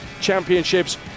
Championships